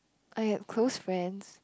I had close friends